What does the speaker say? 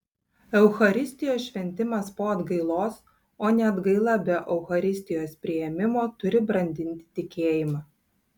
eucharistijos šventimas po atgailos o ne atgaila be eucharistijos priėmimo turi brandinti tikėjimą